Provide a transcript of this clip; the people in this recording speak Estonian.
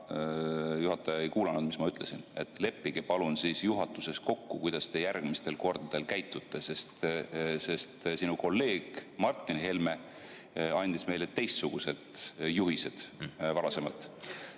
aga juhataja ei kuulanud, mis ma ütlesin: leppige palun siis juhatuses kokku, kuidas te järgmistel kordadel käitute, sest sinu kolleeg Martin Helme andis varasemalt meile teistsugused juhised.